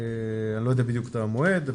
אני לא יודע בדיוק את המועד.